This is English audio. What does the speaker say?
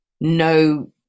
no